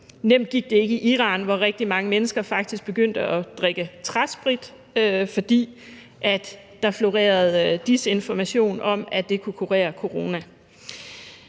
nemt gik det ikke i Iran, hvor rigtig mange mennesker faktisk begyndte at drikke træsprit, fordi der florerede desinformation om, at det kunne kurere corona.